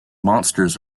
monsters